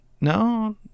No